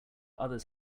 others